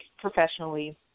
professionally